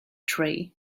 tree